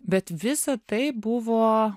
bet visa tai buvo